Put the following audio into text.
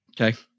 Okay